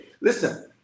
Listen